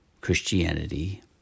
Christianity